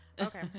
Okay